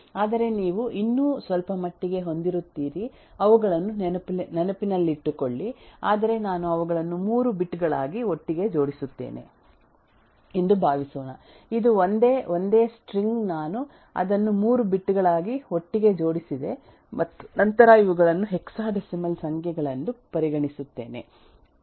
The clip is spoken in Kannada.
ಆದರೆ ನೀವು ಇನ್ನೂ ಸ್ವಲ್ಪಮಟ್ಟಿಗೆ ಹೊಂದಿರುತ್ತೀರಿ ಅವುಗಳನ್ನು ನೆನಪಿನಲ್ಲಿಟ್ಟುಕೊಳ್ಳಿ ಆದರೆ ನಾನು ಅವುಗಳನ್ನು ಮೂರು ಬಿಟ್ ಗಳಾಗಿ ಒಟ್ಟಿಗೆ ಜೋಡಿಸಿದ್ದೇನೆ ಎಂದು ಭಾವಿಸೋಣ ಇದು ಒಂದೇ ಒಂದೇ ಸ್ಟ್ರಿಂಗ್ ನಾನು ಅದನ್ನು ಮೂರು ಬಿಟ್ ಗಳಾಗಿ ಒಟ್ಟಿಗೆ ಜೋಡಿಸಿದೆ ಮತ್ತು ನಂತರ ಇವುಗಳನ್ನು ಹೆಕ್ಸಾಡೆಸಿಮಲ್ ಸಂಖ್ಯೆಗಳೆಂದು ಪರಿಗಣಿಸುತ್ತೇನೆ